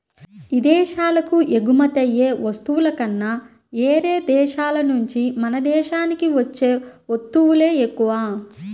ఇదేశాలకు ఎగుమతయ్యే వస్తువుల కన్నా యేరే దేశాల నుంచే మన దేశానికి వచ్చే వత్తువులే ఎక్కువ